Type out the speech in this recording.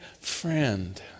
friend